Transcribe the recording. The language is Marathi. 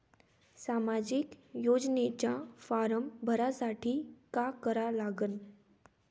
सामाजिक योजनेचा फारम भरासाठी का करा लागन?